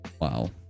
Wow